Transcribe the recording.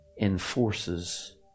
enforces